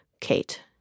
Kate